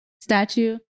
statue